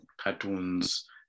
cartoons